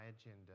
agenda